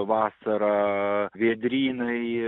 vasarą vėdrynai